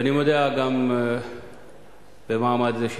ואני מודיע גם במעמד זה,